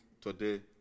today